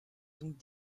donc